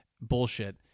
bullshit